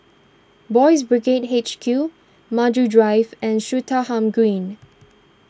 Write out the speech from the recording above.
Boys' Brigade H Q Maju Drive and Swettenham Green